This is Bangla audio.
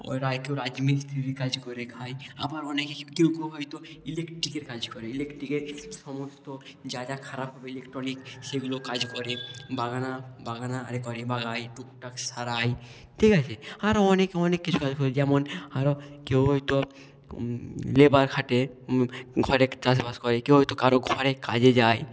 ওরা কেউ রাজমিস্ত্রিরির কাজ করে খায় আবার অনেকে কেউ কেউ হয়তো ইলেকট্রিকের কাজ করে ইলেকট্রিকের সমস্ত যা যা খারাপ হবে ইলেকট্রনিক সেগুলো কাজ করে আরে করে বাগায় টুকটাক সারায় ঠিক আছে আরো অনেকে অনেক কিছু কাজ করে যেমন আরো কেউ হয়তো লেবার খাটে ঘরে চাষ বাস করে কেউ হয়তো কারো ঘরে কাজে যায়